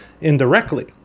indirectly